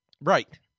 Right